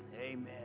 amen